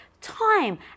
time